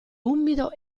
umido